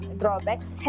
drawbacks